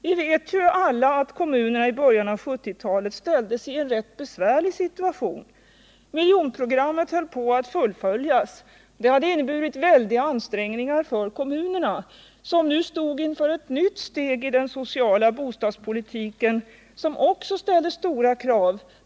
Vi vet alla att kommunerna i början av 1970-talet ställdes inför en rätt besvärlig situation. Miljonprogrammet höll på att fullföljas. Det hade inneburit väldiga ansträngningar för kommunerna, som nu stod inför ett nytt steg i den sociala bostadspolitiken som också ställde stora krav.